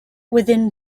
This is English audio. within